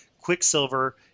Quicksilver